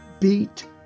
beat